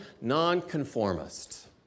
Nonconformist